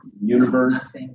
universe